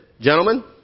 gentlemen